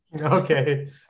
Okay